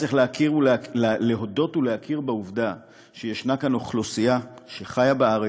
צריך להודות ולהכיר בעובדה שיש כאן אוכלוסייה שחיה בארץ,